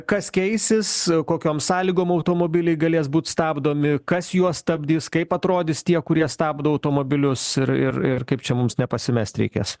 kas keisis kokiom sąlygom automobiliai galės būt stabdomi kas juos stabdys kaip atrodys tie kurie stabdo automobilius ir ir ir kaip čia mums nepasimest reikės